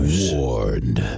warned